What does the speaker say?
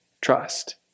trust